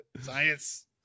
Science